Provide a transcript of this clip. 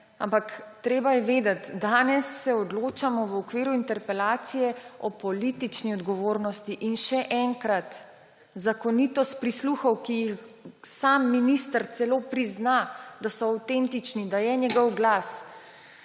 Ampak treba je vedeti, danes se odločamo v okviru interpelacije o politični odgovornosti; in še enkrat, zakonitost prisluhov, ki jih sam minister celo prizna, da so avtentični, da je njegov glas